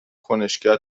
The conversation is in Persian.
کنشگر